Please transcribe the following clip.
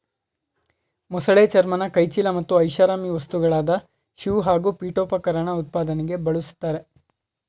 ಮೊಸಳೆ ಚರ್ಮನ ಕೈಚೀಲ ಮತ್ತು ಐಷಾರಾಮಿ ವಸ್ತುಗಳಾದ ಶೂ ಹಾಗೂ ಪೀಠೋಪಕರಣ ಉತ್ಪಾದನೆಗೆ ಬಳುಸ್ತರೆ